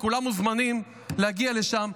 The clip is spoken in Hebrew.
כולם מוזמנים להגיע לשם,